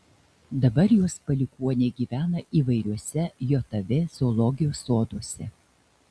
dabar jos palikuoniai gyvena įvairiuose jav zoologijos soduose